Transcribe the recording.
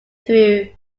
through